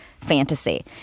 fantasy